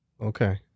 Okay